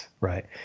right